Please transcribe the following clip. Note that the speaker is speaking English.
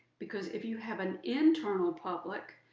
because if you have an internal public,